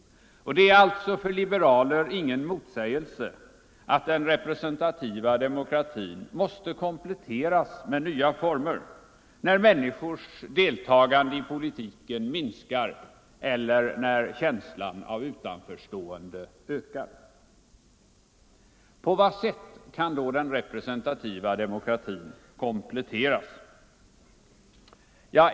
Det är alltså för liberaler ingen motsägelse att den representativa demokratin måste kompletteras med nya former, när människors deltagande i politiken minskar eller när känslan av utanförstående ökar. På vad sätt kan då den representativa demokratin kompletteras?